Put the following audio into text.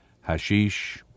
hashish